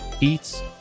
eats